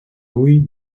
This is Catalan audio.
ull